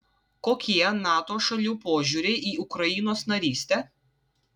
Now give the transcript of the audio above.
kokie nato šalių požiūriai į ukrainos narystę